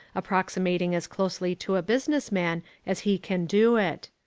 approximating as closely to a business man as he can do it.